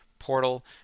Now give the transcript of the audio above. portal